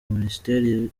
minisiteri